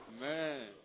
man